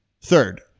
third